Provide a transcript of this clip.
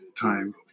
time